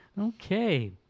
okay